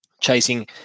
chasing